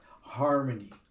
harmony